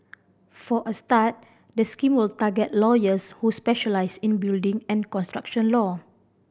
for a start the scheme will target lawyers who specialise in building and construction law